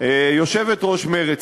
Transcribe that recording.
יושבת-ראש מרצ,